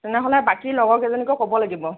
তেনেহ'লে বাকী লগৰকেইজনীকো ক'ব লাগিব